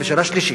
שאלה שלישית: